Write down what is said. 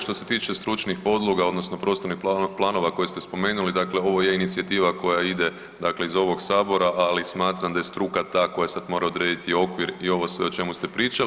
Što se tiče stručnih podloga odnosno prostornih planova koje ste spomenuli, dakle ovo je inicijativa koja ide dakle iz ovog sabora, ali smatram da je struka ta koja sad mora odrediti okvir i ovo sve o čemu ste pričali.